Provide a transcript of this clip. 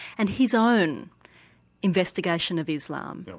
and his own investigation of islam?